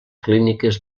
clíniques